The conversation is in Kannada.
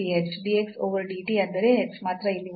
dx over dt ಅಂದರೆ h ಮಾತ್ರ ಇಲ್ಲಿ ಉಳಿಯುತ್ತದೆ